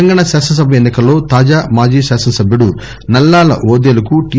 తెలంగాణ శాసనసభ ఎన్ని కల్లో తాజా మాజీ శాసనసభ్యుడు నల్లాల ఓదేలుకు టి